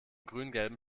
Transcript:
grüngelben